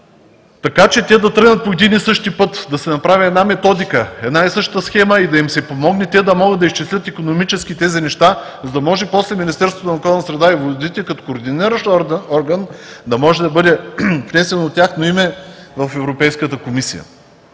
така че те да тръгнат по един и същи път, да се направи една методика, една и съща схема и да им се помогне те да могат да изчетат икономически тези неща, за да може после Министерството на околната среда и водите, като координиращ орган, да може да бъде внесено от тяхно име в Европейската комисия.